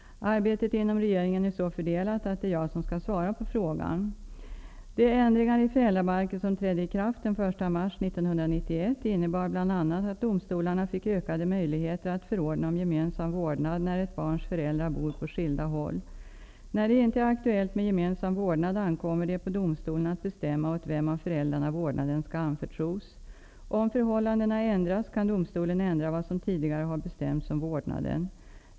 Arbetet inom regeringen är så fördelat att det är jag som skall svara på frågan. De ändringar i föräldrabalken som trädde i kraft den 1 mars 1991 innebar bl.a. att domstolarna fick ökade möjligheter att förordna om gemensam vårdnad när ett barns föräldrar bor på skilda håll. När det inte är aktuellt med gemensam vårdnad ankommer det på domstolen att bestämma åt vem av föräldrarna vårdnaden skall anförtros. Om förhållandena ändras, kan domstolen ändra vad som tidigare har bestämts om vårdnaden.